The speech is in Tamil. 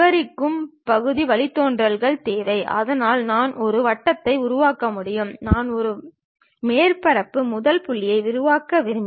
இவை செங்குத்து துணை தளங்கள் சாய்ந்த துணை தளங்கள் மற்றும் ப்ரோபைல் தளங்கள் ஆகும்